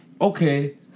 Okay